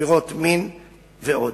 עבירות מין ועוד.